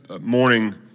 morning